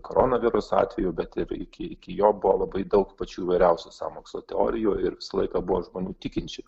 koronaviruso atveju bet ir iki iki iki jo buvo labai daug pačių įvairiausių sąmokslo teorijų ir visą laiką buvo žmonių tikinčių